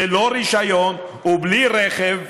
ללא רישיון ובלי רכב,